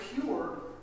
pure